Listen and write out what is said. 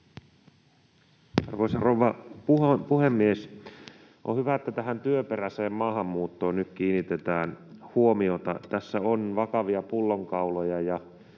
Arvoisa rouva puhemies! On hyvä, että tähän työperäiseen maahanmuuttoon nyt kiinnitetään huomiota. Tässä on vakavia pullonkauloja, ja